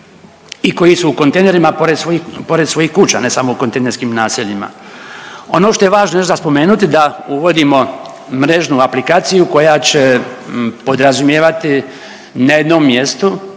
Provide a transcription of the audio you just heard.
i koji su u kontejnerima pored svojih kuća, ne samo u kontejnerskim naseljima. Ono što je važno još za spomenuti da uvodimo mrežnu aplikaciju koja će podrazumijevati na jednom mjestu